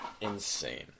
insane